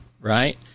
right